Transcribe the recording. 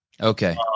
Okay